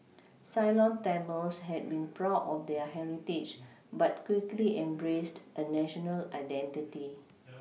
Ceylon Tamils had been proud of their heritage but quickly embraced a national identity